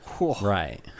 right